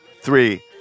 Three